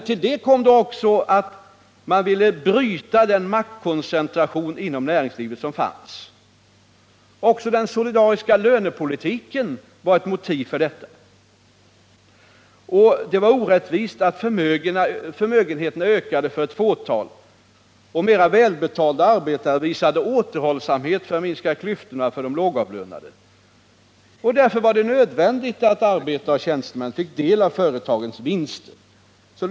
Till det kom också att man ville bryta den maktkoncentration inom näringslivet som fanns. Också den solidariska lönepolitiken var ett motiv för beslutet. Det var orättvist att förmögenheterna ökade för ett fåtal. Mer välbetalda arbetare visade återhållsamhet för att minska klyftorna till de lågavlönade. Därför var det nödvändigt att arbetare och tjänstemän fick del av företagens vinster.